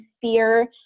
fear